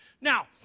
Now